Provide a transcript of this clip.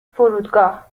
فرودگاه